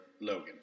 Logan